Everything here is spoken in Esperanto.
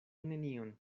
nenion